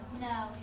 No